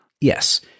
Yes